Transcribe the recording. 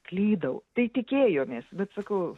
klydau tai tikėjomės bet sakau